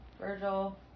Virgil